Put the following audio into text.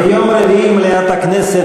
ביום רביעי מליאת הכנסת,